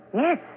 Yes